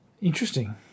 Interesting